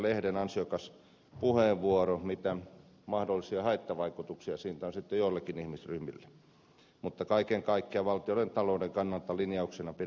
lehden ansiokas puheenvuoro siitä mitä mahdollisia haittavaikutuksia siitä on sitten joillekin ihmisryhmille mutta kaiken kaikkiaan valtiontalouden kannalta linjauksena pidän sitä hyvänä